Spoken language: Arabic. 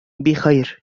بخير